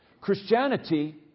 Christianity